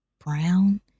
Brown